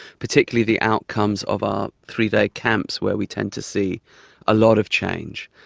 particularly the outcomes of our three-day camps where we tend to see a lot of change.